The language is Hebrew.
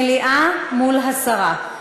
מליאה מול הסרה.